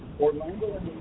Orlando